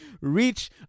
reach